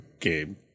game